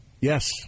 Yes